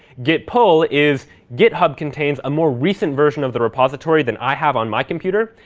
git pul is github contains a more recent version of the repository than i have on my computer.